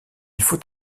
faut